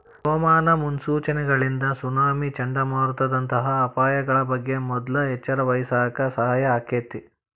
ಹವಾಮಾನ ಮುನ್ಸೂಚನೆಗಳಿಂದ ಸುನಾಮಿ, ಚಂಡಮಾರುತದಂತ ಅಪಾಯಗಳ ಬಗ್ಗೆ ಮೊದ್ಲ ಎಚ್ಚರವಹಿಸಾಕ ಸಹಾಯ ಆಕ್ಕೆತಿ